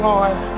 Lord